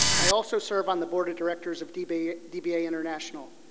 i also serve on the board of directors of dba dba international,